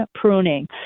pruning